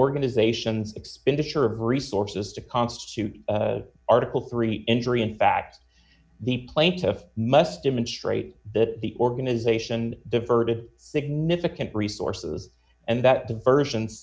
organization expenditure of resources to constitute article three injury in fact the plaintiff must demonstrate that the organization the earth significant resources and that the version